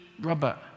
Robert